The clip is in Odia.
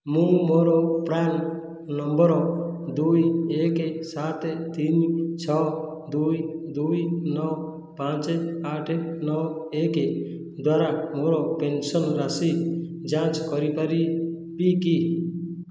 ମୁଁ ମୋର ପ୍ରାନ୍ ନମ୍ବର ଦୁଇ ଏକ ସାତ ତିନି ଛଅ ଦୁଇ ଦୁଇ ନଅ ପାଞ୍ଚ ଆଠ ଏକ ଏକ ଦ୍ଵାରା ମୋର ପେନ୍ସନ୍ ରାଶି ଯାଞ୍ଚ କରିପାରିବି କି